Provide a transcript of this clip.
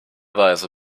weise